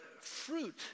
fruit